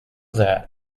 that